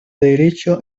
derecho